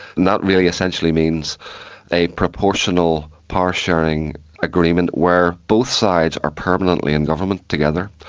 and that really essentially means a proportional power-sharing agreement where both sides are permanently in government together.